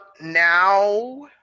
now